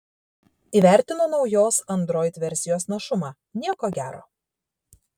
įvertino naujos android versijos našumą nieko gero